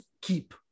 keep